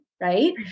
right